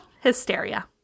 hysteria